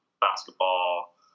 basketball